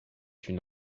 une